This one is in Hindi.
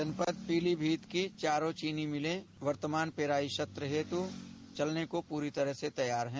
जनपद पीलीभीत की चारों चीनी मिलें वर्तमान पेराई सत्र हेतु चलने को पूरी तरह से तैयार हैं